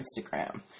Instagram